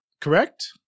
correct